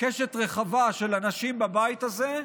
קשת רחבה של אנשים בבית הזה,